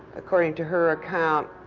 according to her account,